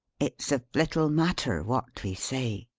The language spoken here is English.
it's of little matter what we say.